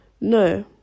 no